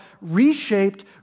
reshaped